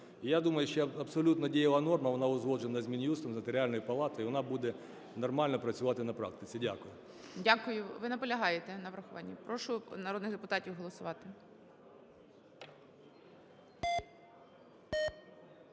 Я думаю, що абсолютно дієва норма, вона узгоджена з Мінюстом, з Нотаріальною палатою, вона буде нормально працювати на практиці. Дякую. ГОЛОВУЮЧИЙ. Дякую. Ви наполягаєте на врахуванні? Прошу народних депутатів голосувати.